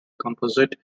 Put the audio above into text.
composite